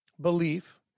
belief